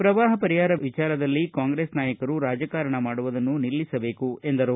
ಪ್ರವಾಹ ಪರಿಹಾರ ವಿಚಾರದಲ್ಲಿ ಕಾಂಗ್ರೆಸ್ ನಾಯಕರು ರಾಜಕಾರಣ ಮಾಡುವುದು ನಿಲ್ಲಿಸಲಿ ಎಂದರು